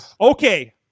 Okay